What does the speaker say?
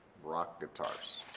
rock guitars,